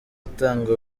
utanga